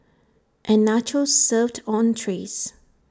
and nachos served on trays